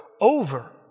over